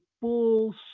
full